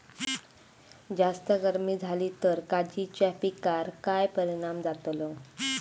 जास्त गर्मी जाली तर काजीच्या पीकार काय परिणाम जतालो?